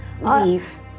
leave